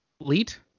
elite